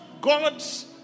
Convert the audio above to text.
god's